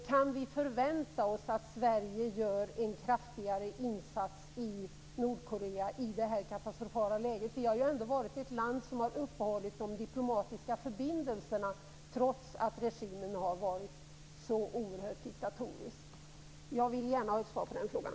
Kan vi förvänta oss att Sverige gör en kraftigare insats i Nordkorea i detta katastrofala läge? Vi har ändå varit i ett land med vilket vi har uppehållit diplomatiska förbindelser trots att regimen har varit så oerhört diktatorisk. Jag vill gärna ha ett svar på den frågan.